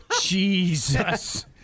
Jesus